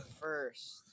first